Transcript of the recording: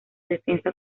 defensa